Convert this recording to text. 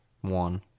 One